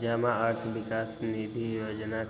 जमा अर्थ विकास निधि जोजना